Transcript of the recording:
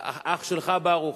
לאח שלך, ברוך,